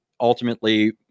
ultimately